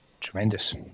tremendous